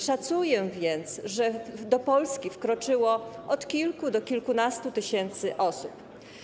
Szacuję więc, że do Polski wkroczyło od kilku do kilkunastu tysięcy osób.